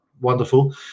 wonderful